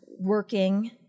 working